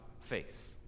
face